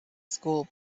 school